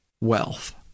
wealth